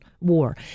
war